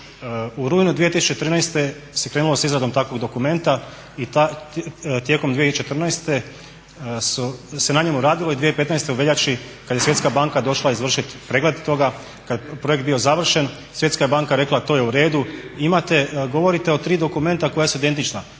U rujnu 2013. se krenulo s izradom takvog dokumenta i tijekom 2014. se na njemu radilo i 2015. u veljači kad je Svjetska banka došla izvršit pregled toga, kad je projekt bio završen Svjetska je banka rekla to je u redu, govorite o tri dokumenta koja su identična.